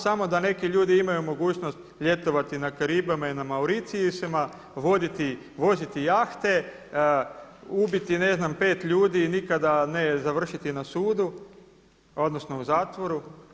Znamo samo da neki ljudi imaju mogućnost ljetovati na Karibima i na Mauritiusima, voziti jahte, ubiti ne znam 5 ljudi i nikada ne završiti na sudu, odnosno u zatvoru.